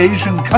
Asian